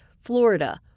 Florida